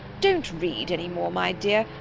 don't read anymore, my dear,